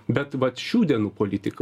bet vat šių dienų politika